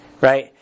Right